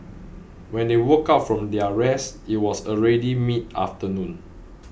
when they woke up from their rest it was already mid afternoon